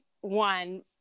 one